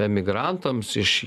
emigrantams iš